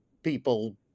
people